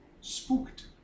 spooked